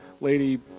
Lady